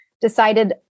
Decided